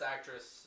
Actress